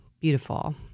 Beautiful